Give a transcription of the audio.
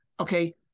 okay